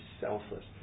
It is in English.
selfless